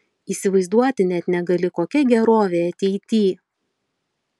įsivaizduoti net negali kokia gerovė ateity